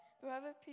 Whoever